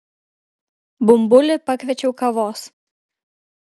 bumbulį pakviečiau kavos